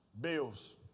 Bills